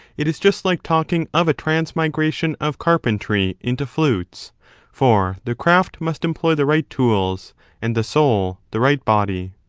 it is just like talking of a transmigration of carpentry into flutes for the craft must employ the right tools and the soul the right body.